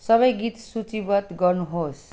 सबै गीत सूचीबद्ध गर्नुहोस्